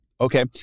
Okay